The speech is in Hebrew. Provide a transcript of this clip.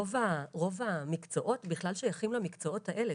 רוב המקצועות בכלל שייכים למקצועות האלה,